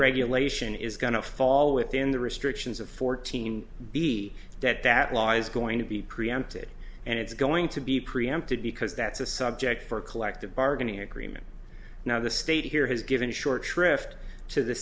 regulation is going to fall within the restrictions of fourteen b that that law is going to be preempted and it's going to be preempted because that's a subject for collective bargaining agreement now the state here has given short shrift to the